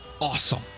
awesome